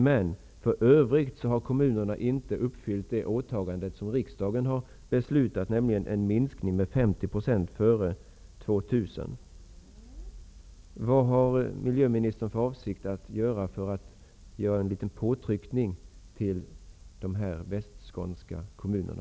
Men för övrigt har kommunerna inte uppfyllt det åtagande som riksdagen har beslutat om, nämligen en minskning av kväveutsläppen med 50 % före år Vad har miljöministern för avsikt att göra, för att utöva en liten påtryckning på de västskånska kommunerna?